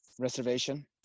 reservation